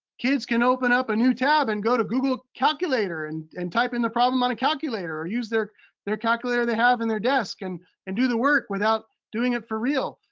kids can open up a new tab and go to google calculator and and type in the problem on a calculator or use their their calculator they have in their desk and and do the work without doing it for real.